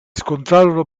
scontrarono